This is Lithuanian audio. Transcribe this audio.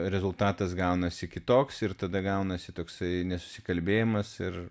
rezultatas gaunasi kitoks ir tada gaunasi toks nesusikalbėjimas ir